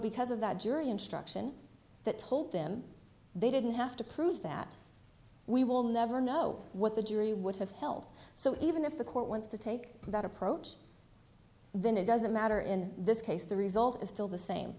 because of that jury instruction that told them they didn't have to prove that we will never know what the jury would have helped so even if the court wants to take that approach then it doesn't matter in this case the result is still the same